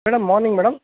madam morning madam